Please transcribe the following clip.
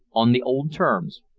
on the old terms,